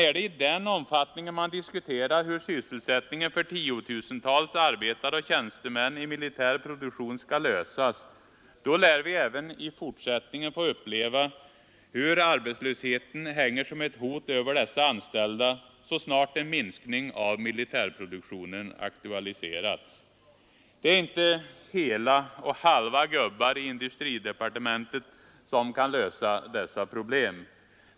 Är det i den omfattningen man diskuterar hur sysselsättningen för tiotusentals arbetare och tjänstemän i militär produktion skall lösas, då lär vi även i fortsättningen få uppleva hur arbetslösheten hänger som ett hot över dessa anställda så snart en minskning av militärproduktionen aktualiseras. Det är inte hela och halva gubbar i industridepartementet som kan lösa dessa problem.